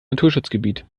naturschutzgebiet